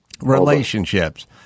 relationships